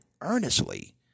earnestly